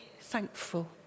thankful